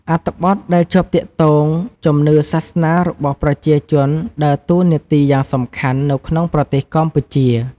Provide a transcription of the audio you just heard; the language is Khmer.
អត្ថបទដែលជាប់ទាក់ទងជំនឿសាសនារបស់ប្រជាជនដើរតួនាទីយ៉ាងសំខាន់នៅក្នុងប្រទេសកម្ពុជា។